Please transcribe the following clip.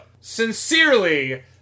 sincerely